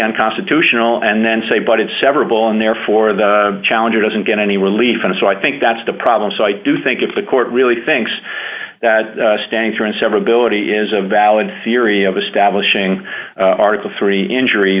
unconstitutional and then say but in several and therefore the challenger doesn't get any relief and so i think that's the problem so i do think if the court really thinks that standing for an severability is a valid theory of establishing article three injury